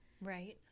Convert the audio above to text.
Right